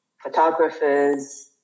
photographers